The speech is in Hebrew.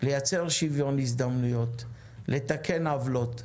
לייצר שוויון הזדמנויות, לתקן עוולות.